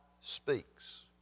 speaks